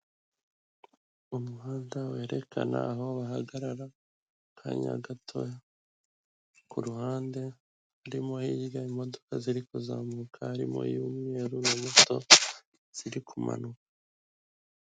Umuhanda werekana aho bahagarara akanya gato ku ruhande urimo hirya imodoka ziri kuzamuka harimo iy'umweru na moto ziri kumanuka.